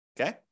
okay